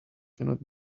cannot